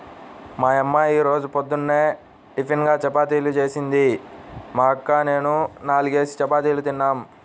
మా యమ్మ యీ రోజు పొద్దున్న టిపిన్గా చపాతీలు జేసింది, మా అక్క నేనూ నాల్గేసి చపాతీలు తిన్నాం